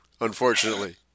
unfortunately